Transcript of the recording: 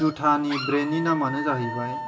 जुथानि ब्रेन्डनि नामानो जाहैबाय